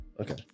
Okay